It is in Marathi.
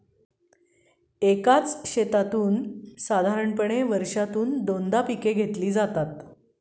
साधारणपणे वर्षातून दोनदा एकाच शेतातून पिके घेतली जातात